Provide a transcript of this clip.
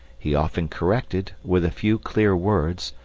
he often corrected, with a few clear words,